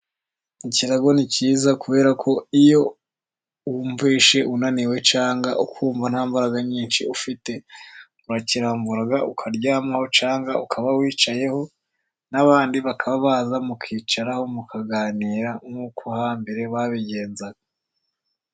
Ikirago ni cyiza kubera ko iyo wumvise unaniwe cyangwa ukumva nta mbaraga nyinshi ufite, urakirambura ukaryamaho cyangwa ukaba wicayeho, n'abandi bakaba baza mukicaraho mukaganira nk'uko hambere babigenzaga.